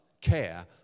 care